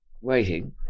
waiting